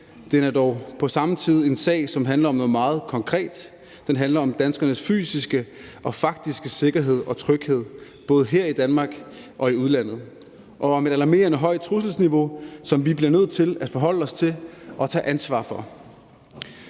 Det er dog på samme tid en sag, som handler om noget meget konkret. Den handler om danskernes fysiske og faktiske sikkerhed og tryghed, både her i Danmark og i udlandet, og om et alarmerende højt trusselsniveau, som vi bliver nødt til at forholde os til og tage ansvar for.